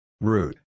Root